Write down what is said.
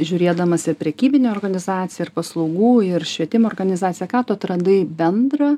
žiūrėdamas į prekybinę organizaciją ir paslaugų ir švietimo organizaciją ką tu atradai bendra